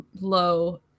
low